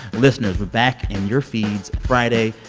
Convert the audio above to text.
listeners, we're back in your feeds friday.